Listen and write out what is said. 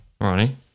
Ronnie